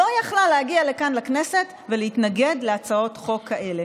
היא לא יכלה להגיע לכאן לכנסת ולהתנגד להצעות חוק כאלה.